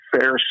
fair